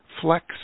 Flex